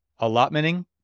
allotmenting